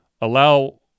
allow